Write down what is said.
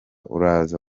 uraza